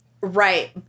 Right